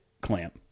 clamp